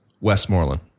Westmoreland